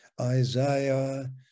isaiah